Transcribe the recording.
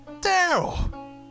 Daryl